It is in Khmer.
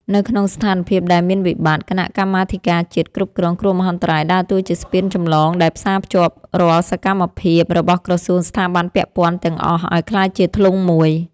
នៅក្នុងស្ថានភាពដែលមានវិបត្តិ គណៈកម្មាធិការជាតិគ្រប់គ្រងគ្រោះមហន្តរាយដើរតួជាស្ពានចម្លងដែលផ្សារភ្ជាប់រាល់សកម្មភាពរបស់ក្រសួងស្ថាប័នពាក់ព័ន្ធទាំងអស់ឱ្យក្លាយជាធ្លុងមួយ។